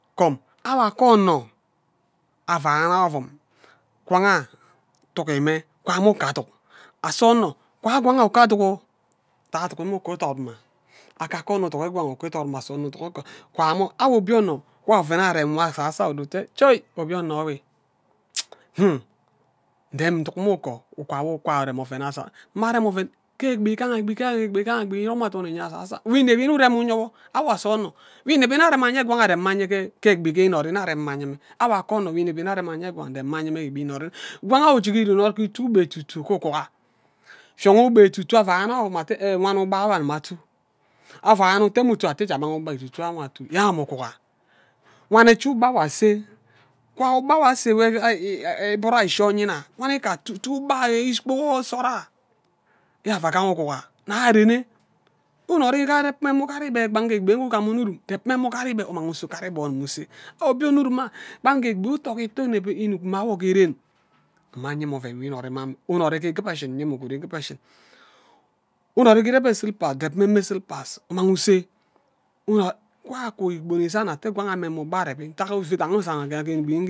Kum awo aka onno avana ovum ngwang arh tugi mme wan mme uko aduk asa onno nwan ngwang ayo uko aduk ntak ghe aduki uko idot mma akaka onmo uduki ngwang a mme idot mma ase onno iduki awo abien o wan oven arem nwo asasa ayo obieno enwe ndim nduk mme uko ugwa nwo ugwa rem aven asai gima arem oven ke egbi igaha egbi igaha egbi aven irom athon ayen asasa ayo nwo inebi nne urem uyewo awo asasa anno nwo inebi nne arem mme anyen ngwang ayo ghe egbi nwo inori nne arem mme anye mme awo aka onno nwo inebi nne arem anye ngwang egbi inori ngwang ayo ijibi iren ke itu ugba ettu ke ughuga fiong ugba etutu avana ke ovum ate wan ugba nwo agima atu avana ute mme utu ate ja mgba etutu awe atu yen awo mme ughuga wan ichi ugba ase wan ugba nwo ase ibud ayo ishie anyina wani tu ugba ikpo wo nsod arh yene avan agaha uguga nna arenne unori ghe areb mme mme ugari igbeyi gba ghe egbi enwe ugam onno urum debi mme ugat igbeyi nwo use obie onno ovum ah gban nge egbi uto ghe ito inuk mme awo ghe ren gina anye mme oven nwo inori mma ame inori ghe ikibe eshin unori ghe ishin meme slippers deb mme mme slippers kwen aku igbon isan nta ngwang ayo meme ugba areb